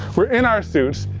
we're in our suits,